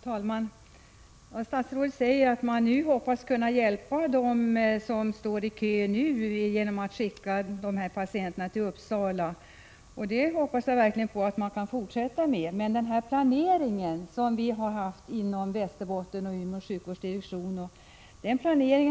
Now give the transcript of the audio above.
Fru talman! Statsrådet säger att man hoppas kunna hjälpa dem som står i kö nu genom att skicka de patienterna till Uppsala. Jag hoppas verkligen att man kan fortsätta göra det, men den planering vi har gjort i Västerbottens läns landsting och Umeå sjukvårdsdirektion